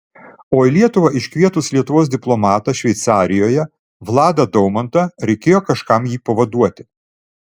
o į lietuvą iškvietus lietuvos diplomatą šveicarijoje vladą daumantą reikėjo kažkam jį pavaduoti